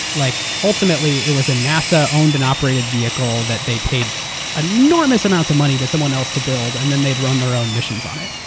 like ultimately, it was a nasa-owned and operated vehicle that they paid enormous amounts of money to someone else to build, and then they'd run their own missions on it.